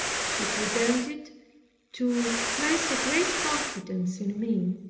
she pretended to place a great confidence in me,